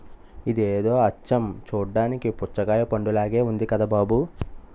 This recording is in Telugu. ఇదేదో అచ్చం చూడ్డానికి పుచ్చకాయ పండులాగే ఉంది కదా బాబూ